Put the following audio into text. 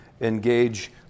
engage